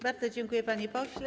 Bardzo dziękuję, panie pośle.